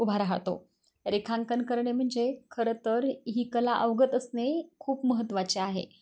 उभा राहतो रेखांकन करणे म्हणजे खरं तर ही कला अवगत असणे खूप महत्त्वाचे आहे